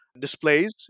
displays